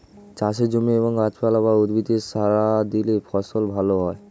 চাষের জমি এবং গাছপালা বা উদ্ভিদে সার দিলে ফসল ভালো হয়